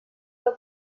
pel